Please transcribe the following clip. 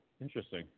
Interesting